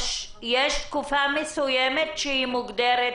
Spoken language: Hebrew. יש תקופה מסוימת מוגדרת,